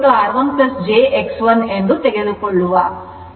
Z2 R2 jX2 ಮತ್ತು Z 3 R3 ಎಂದು ತೆಗೆದುಕೊಳ್ಳಬಹುದು